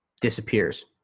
disappears